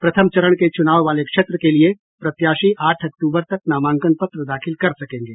प्रथम चरण के चूनाव वाले क्षेत्र के लिए प्रत्याशी आठ अक्टूबर तक नामांकन पत्र दाखिल कर सकेंगे